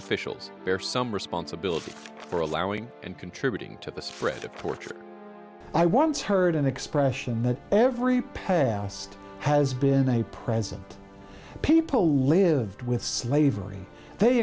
officials bear some responsibility for allowing and contributing to the spread of torture i once heard an expression that every pay asked has been a present people lived with slavery they